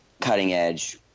cutting-edge